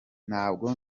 ntabwo